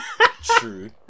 True